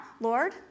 Lord